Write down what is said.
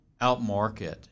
outmarket